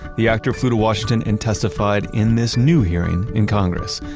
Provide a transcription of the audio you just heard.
the actor flew to washington and testified in this new hearing in congress.